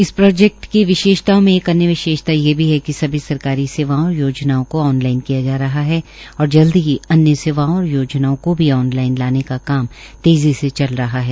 इस प्रोजेक्ट की विशेषताओं में एक अन्य विशेषता यह भी है कि सभी सरकारी सेवाओं और योजनाओं को ऑन लाइन किया जा रहा है और जल्द ही अन्य सेवाओं और योजनाओं को भी ऑन लाइन लाने का काम तेज़ी से चल रहा है